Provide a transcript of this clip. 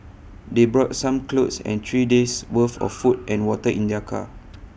they brought some clothes and three days' worth of food and water in their car